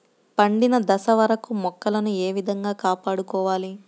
పండిన దశ వరకు మొక్కలను ఏ విధంగా కాపాడుకోవాలి?